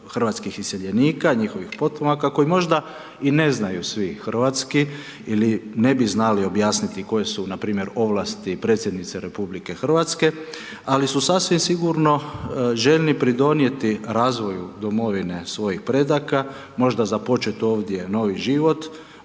hrvatskih iseljenika i njihovih potomaka, kojim možda i ne znaju svi hrvatski ili ne bi znali objasniti koje su npr. ovlasti predsjednice RH, ali su sasvim sigurno željni pridonijeti razvoju domovine svojih predaka, možda započeti ovdje novi život,